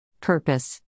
Purpose